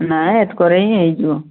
କିଣା ହେ ଏଠୁ କରେଇ ହୋଇ ଯିବ